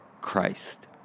Christ